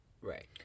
Right